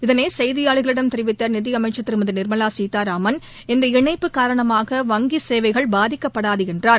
இதனைசெய்தியாளர்களிடம் தெரிவித்தநிதிஅமைச்சர் திருமதிநிர்மவாசீதாராமன் இந்த இணைப்பு காரணமாக வங்கிசேவைகள் பாதிக்கப்படாதுஎன்றார்